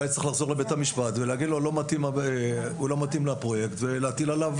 צריך לחזור לבית המשפט ולומר לו שהוא לא מתאים לפרויקט ולהטיל עליו